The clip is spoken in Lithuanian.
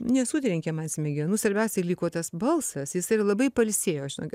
nesutrenkė man smegenų svarbiausia liko tas balsas jis ir labai pailsėjo žinokit